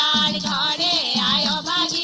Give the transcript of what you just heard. da da da da da